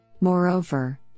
Moreover